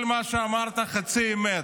כל מה שאמרת זה חצי אמת.